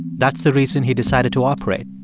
that's the reason he decided to operate.